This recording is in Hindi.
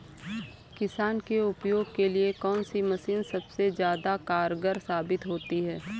किसान के उपयोग के लिए कौन सी मशीन सबसे ज्यादा कारगर साबित होती है?